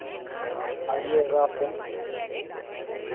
आइएगा आप